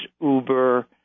Uber